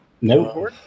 No